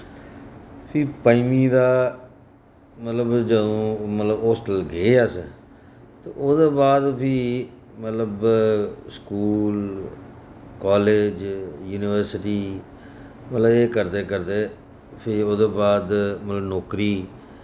फ्ही पंजमीं दा मतलब जदूं मतलब होस्टल गे अस त ओह्दे बाद फ्ही मतलब स्कूल कालेज यूनिवर्सिटी मतलब एह् करदे करदे फ्ही ओह्दे बाद मतलब नौकरी